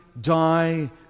die